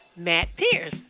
matt pearce.